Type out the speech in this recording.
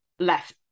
left